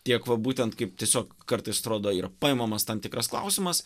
tiek va būtent kaip tiesiog kartais atrodo yra paimamas tam tikras klausimas